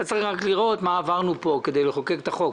אתה צריך רק לראות מה עברנו פה כדי לחוקק את החוק.